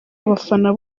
abafana